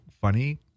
funny